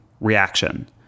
reaction